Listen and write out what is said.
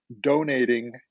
donating